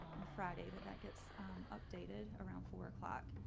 and friday that that gets updated around four o'clock.